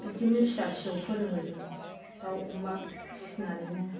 बिदिनो फिसा फिसौ फोरोङो जों दाउ अमा फिसिनानैनो